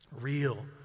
Real